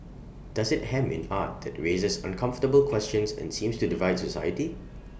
does IT hem in art that raises uncomfortable questions and seems to divide society